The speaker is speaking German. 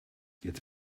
jetzt